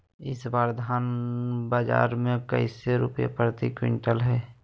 इस बार धान बाजार मे कैसे रुपए प्रति क्विंटल है?